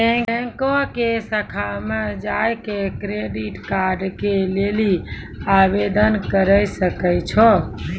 बैंको के शाखा मे जाय के क्रेडिट कार्ड के लेली आवेदन करे सकै छो